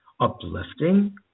uplifting